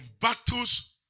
battles